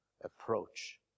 approach